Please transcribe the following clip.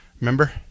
Remember